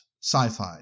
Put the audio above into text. sci-fi